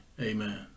amen